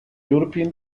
european